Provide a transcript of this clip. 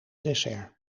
dessert